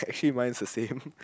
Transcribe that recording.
three mine's the same